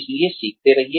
इसलिए सीखते रहिए